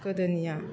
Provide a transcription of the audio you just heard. गोदोनिया